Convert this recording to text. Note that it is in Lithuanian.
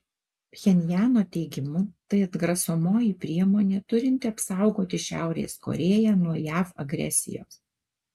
pchenjano teigimu tai atgrasomoji priemonė turinti apsaugoti šiaurės korėją nuo jav agresijos